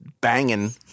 banging